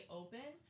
open